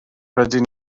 rydyn